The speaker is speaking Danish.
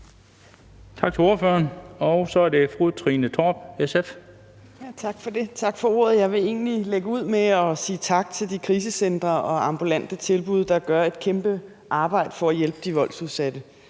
Tak for ordet. Jeg vil egentlig lægge ud med at sige tak til de krisecentre og ambulante tilbud, der gør et kæmpe arbejde for at hjælpe de voldsudsatte,